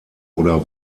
oder